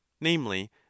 namely